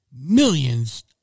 Millions